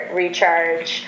recharge